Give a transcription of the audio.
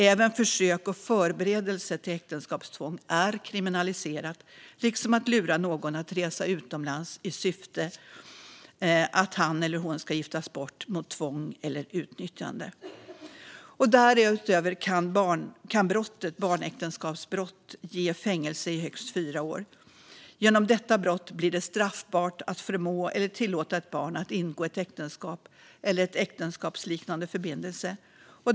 Även försök och förberedelse till äktenskapstvång är kriminaliserat liksom att lura någon att resa utomlands i syfte att han eller hon ska giftas bort genom tvång eller utnyttjande. Därutöver kan brottet barnäktenskapsbrott ge fängelse i högst fyra år. Genom denna brottsrubricering blir det straffbart att förmå eller tillåta ett barn att ingå ett äktenskap eller en äktenskapsliknande förbindelse.